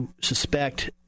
suspect